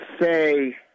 say